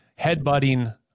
headbutting